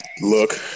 Look